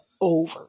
over